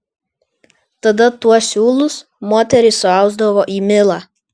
tada tuos siūlus moterys suausdavo į milą